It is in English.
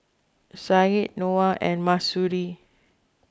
Said Noah and Mahsuri